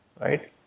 right